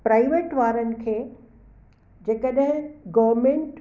private वारनि खे जे कॾहिं गवरमेंट